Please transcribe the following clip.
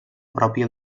pròpia